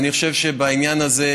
אני חושב שבעניין הזה,